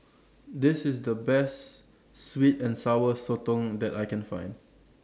This IS The Best Sweet and Sour Sotong that I Can Find